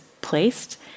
placed